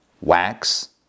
wax